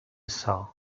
saw